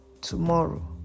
tomorrow